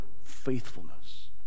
faithfulness